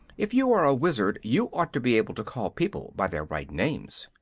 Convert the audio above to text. if you are a wizard you ought to be able to call people by their right names.